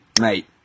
Mate